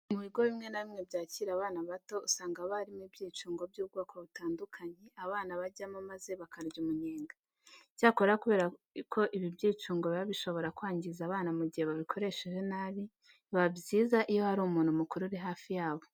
Mu bigo bimwe na bimwe byakira abana bato usanga haba harimo ibyicungo by'ubwoko butandukanye abana bajyamo maze bakarya umunyenga. Icyakora kubera ko ibi byicungo biba bishobora kwangiza abana mu gihe babikoresheje nabi, biba byiza iyo hari nk'umuntu mukuru uri hafi yabo.